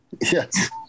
yes